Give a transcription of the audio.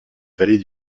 vallée